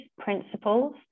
principles